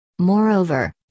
Moreover